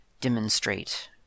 demonstrate